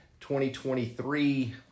2023